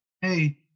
hey